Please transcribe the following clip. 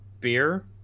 beer